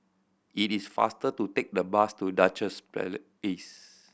it is faster to take the bus to Duchess